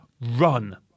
run